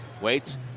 Waits